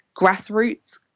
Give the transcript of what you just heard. grassroots